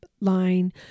line